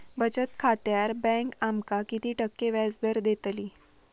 बचत खात्यार बँक आमका किती टक्के व्याजदर देतली?